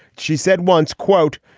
she said once, quote,